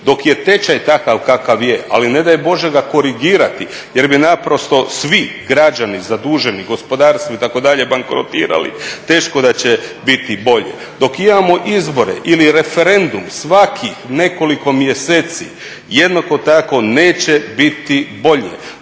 Dok je tečaj takav kakav je, ali ne daj Bože ga korigirati jer bi naprosto svi građani zaduženi gospodarstvu, itd., bankrotirali, teško da će biti bolje. Dok imamo izbore ili referendum svakih nekoliko mjeseci, jednako tako neće biti bolje.